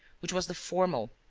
which was the formal,